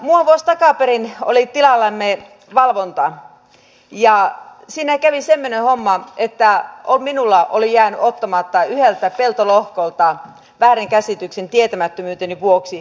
muutama vuosi takaperin oli tilallamme valvonta ja siinä kävi semmoinen homma että minulla oli jäänyt ottamatta yhdeltä peltolohkolta väärinkäsityksen tietämättömyyteni vuoksi maanäyte